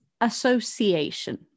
association